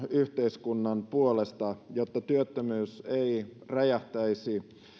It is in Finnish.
yhteiskunnan puolesta jotta työttömyys ei räjähtäisi